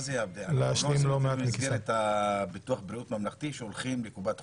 לא עושים את זה במסגרת ביטוח הבריאות הממלכתי כשהולכים לקופת חולים?